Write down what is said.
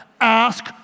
Ask